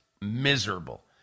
miserable